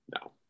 no